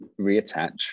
reattach